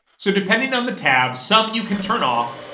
so depending on the tab, some you can turn off,